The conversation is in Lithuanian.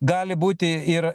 gali būti ir